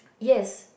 yes